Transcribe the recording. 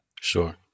sure